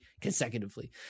consecutively